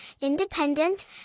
independent